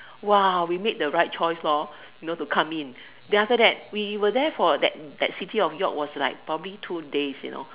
!wah! we made the right choice loh you know to come in then after that we were there for that that city of York was like provably two days you know